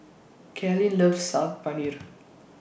Cailyn loves Saag Paneer